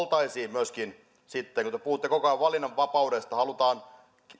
myöskin sitten te puhutte koko ajan valinnanvapaudesta halutaan